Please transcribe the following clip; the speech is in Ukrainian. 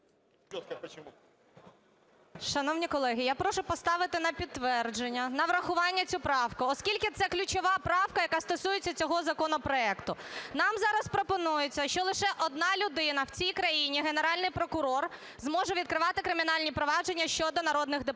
Шановні колеги, я прошу поставити на підтвердження, на врахування цю правку, оскільки це ключова правка, яка стосується цього законопроекту. Нам зараз пропонується, що лише одна людина в цій країні – Генеральний прокурор – зможе відкривати кримінальні провадження щодо народних депутатів.